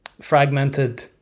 fragmented